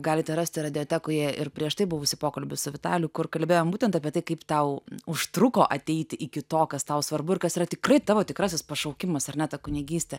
galite rasti radiotekoje ir prieš tai buvusį pokalbį su vitaliu kur kalbėjom būtent apie tai kaip tau užtruko ateiti iki to kas tau svarbu ir kas yra tikrai tavo tikrasis pašaukimas ar ne ta kunigystė